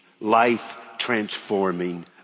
life-transforming